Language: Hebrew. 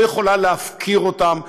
לא יכולה להפקיר אותם,